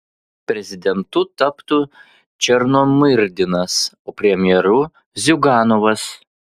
prezidentu taptų černomyrdinas o premjeru ziuganovas